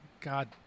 God